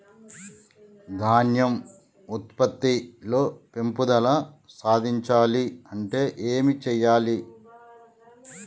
ధాన్యం ఉత్పత్తి లో పెంపుదల సాధించాలి అంటే ఏం చెయ్యాలి?